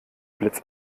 blitz